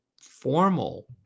formal